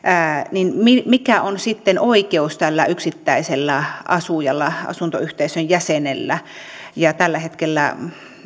niin mikä on sitten oikeus tällä yksittäisellä asujalla asuntoyhteisön jäsenellä tällä hetkellä